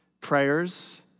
prayers